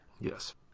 Yes